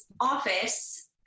office